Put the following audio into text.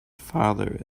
father